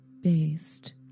based